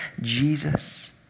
Jesus